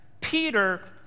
Peter